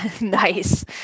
Nice